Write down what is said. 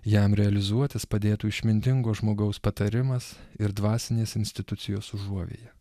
jam realizuotis padėtų išmintingo žmogaus patarimas ir dvasinės institucijos užuovėja